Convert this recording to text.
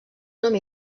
nom